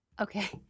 Okay